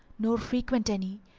nor frequent any,